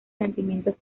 sentimientos